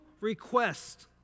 request